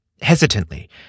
Hesitantly